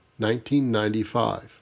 1995